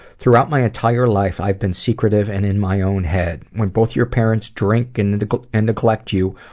throughout my entire life, i have been secretive and in my own head. when both your parents drink and neglect and neglect you,